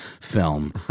film